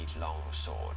longsword